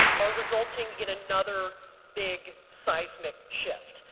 are resulting in another big seismic shift.